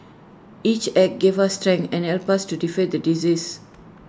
each act gave us strength and helped us to defeat the disease